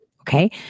Okay